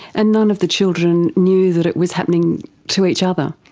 and none of the children knew that it was happening to each other.